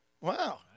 Wow